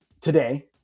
today